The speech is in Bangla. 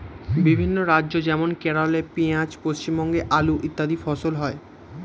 বিভিন্ন রাজ্য যেমন কেরলে পেঁয়াজ, পশ্চিমবঙ্গে আলু ইত্যাদি ফসল হয়